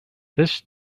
this